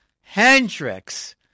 Hendrix